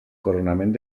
coronament